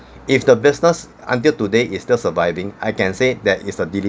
if the business until today is still surviving I can say that it's a